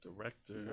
Director